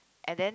and then